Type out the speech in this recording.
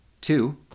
Two